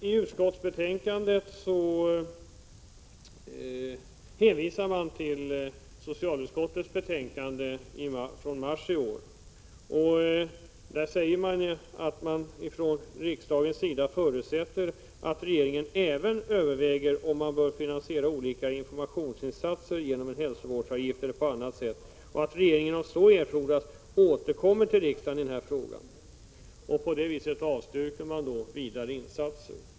I utskottsbetänkandet hänvisar man till socialutskottets betänkande 1985/1986:14 från mars i år, i vilket det sägs att utskottet förutsätter ”att regeringen även överväger om man bör finansiera olika informationsinsatser genom en hälsovårdsavgift eller på annat sätt och att regeringen om så erfordras återkommer till riksdagen i den frågan”. Därmed avstyrker man vidare insatser.